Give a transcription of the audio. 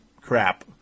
crap